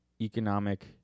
economic